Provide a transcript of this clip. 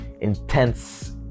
intense